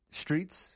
Streets